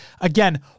Again